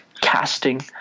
casting